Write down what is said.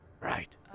Right